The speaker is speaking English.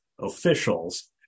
officials